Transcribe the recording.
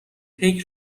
پیک